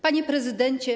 Panie Prezydencie!